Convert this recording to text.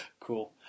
cool